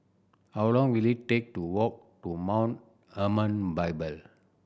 how long will it take to walk to Mount Hermon Bible